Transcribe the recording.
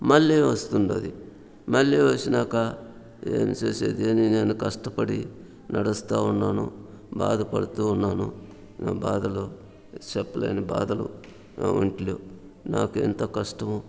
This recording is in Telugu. మళ్లీ వస్తున్నాది మళ్ళీ వచ్చినాక ఏం చేసేది నేను కష్టపడి నడుస్తూ ఉన్నాను బాధపడుతూ ఉన్నాను నా బాధలు చెప్పలేని బాధలు నా ఒంట్లో నాకు ఎంత కష్టమో